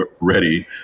ready